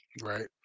Right